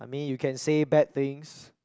I mean you can say bad things